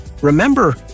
Remember